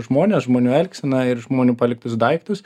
žmones žmonių elgseną ir žmonių paliktus daiktus